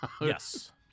Yes